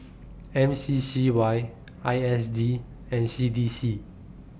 M C C Y I S D and C D C